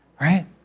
right